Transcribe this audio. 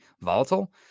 volatile